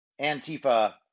Antifa